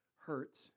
hurts